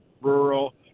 rural